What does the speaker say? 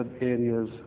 areas